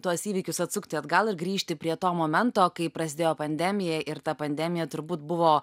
tuos įvykius atsukti atgal ir grįžti prie to momento kai prasidėjo pandemija ir ta pandemija turbūt buvo